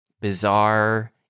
bizarre